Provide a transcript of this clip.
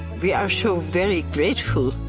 we are sure very grateful.